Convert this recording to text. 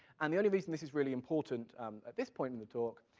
and the only reason this is really important, at this point in the talk,